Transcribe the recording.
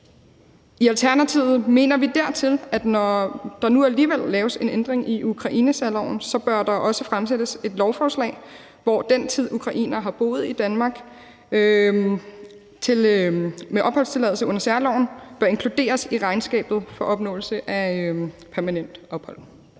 I Alternativet mener vi derudover, at når der nu alligevel laves en ændring af Ukrainesærloven, bør der også fremsættes et lovforslag om, at den tid, ukrainere har boet i Danmark med opholdstilladelse under særloven, bør inkluderes i regnskabet for opnåelse af permanent